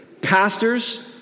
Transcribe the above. pastors